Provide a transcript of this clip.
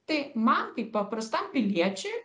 tai man kaip paprastam piliečiui